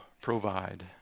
provide